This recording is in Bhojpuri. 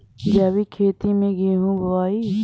जैविक खेती से गेहूँ बोवाई